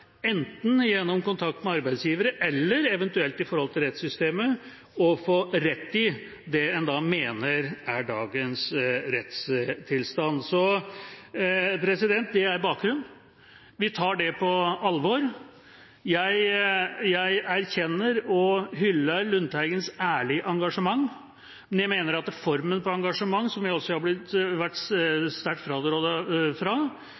enten gjennom kontakt med arbeidsgivere eller eventuelt i forhold til rettssystemet, til å få rett i det en mener er dagens rettstilstand. Det er bakgrunnen. Vi tar dem på alvor. Jeg anerkjenner og hyller Lundteigens ærlige engasjement, men jeg mener at formen på engasjementet, som jeg altså har blitt sterkt frarådet fra,